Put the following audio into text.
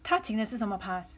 他请的是什么 pass